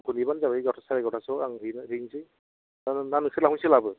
आंखौ नेबानो जाबाय एगार साराय एगारथासोआव आं हैसै ना नोंसोर लांनो सोलाबो